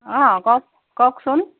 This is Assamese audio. অঁ কওক কওকচোন